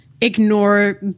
ignore